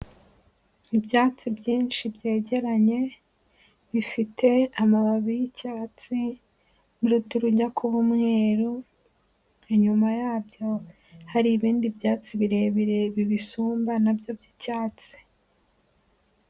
Ibyatsi byinshi byegeranye, bifite amababi y'icyatsi, n'uruturi rujya kuba umweru, inyuma yabyo hari ibindi byatsi birebire bibisumba na byo by'icyatsi.